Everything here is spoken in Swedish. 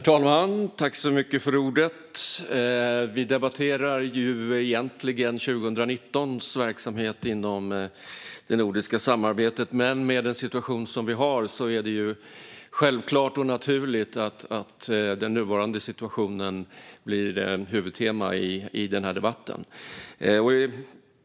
Herr talman! Vi debatterar egentligen 2019 års verksamhet inom det nordiska samarbetet, men med den situation som vi har är det självklart och naturligt att den nuvarande situationen blir huvudtema i debatten.